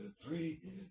three